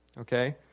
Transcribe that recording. okay